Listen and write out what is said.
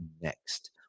next